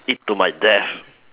eat to my death